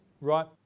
right